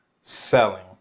selling